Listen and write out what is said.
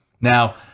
Now